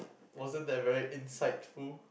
wasn't that very insightful